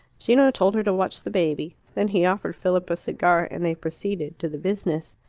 gino told her to watch the baby. then he offered philip a cigar, and they proceeded to the business.